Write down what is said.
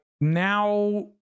now